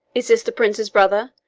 is this the prince's brother?